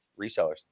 resellers